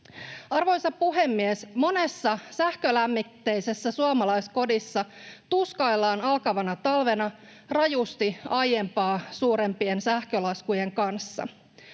Arvoisa puhemies! Monessa sähkölämmitteisessä suomalaiskodissa tuskaillaan alkavana talvena rajusti aiempaa suurempien sähkölaskujen kanssa.